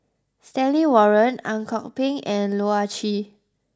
Stanley Warren Ang Kok Peng and Loh Ah Chee